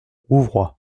rouvroy